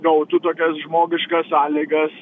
gautų tokias žmogiškas sąlygas